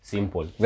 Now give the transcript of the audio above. Simple